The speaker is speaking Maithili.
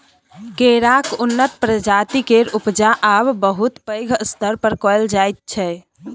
केराक उन्नत प्रजाति केर उपजा आब बहुत पैघ स्तर पर कएल जाइ छै